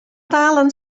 talen